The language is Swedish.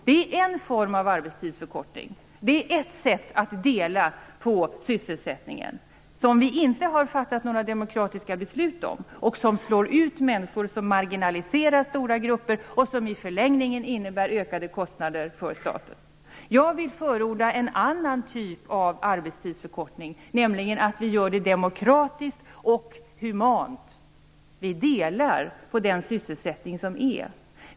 Det är en form av arbetstidsförkortning, ett sätt att dela på sysselsättningen, som vi inte har fattat något demokratiskt beslut om, som slår ut människor och marginaliserar stora grupper och som i förlängningen innebär ökade kostnader för staten. Jag förordar en annan typ av arbetstidsförkortning, nämligen en demokratisk och human sådan. Vi skall dela på den sysselsättning som finns.